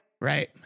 Right